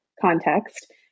context